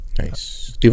Nice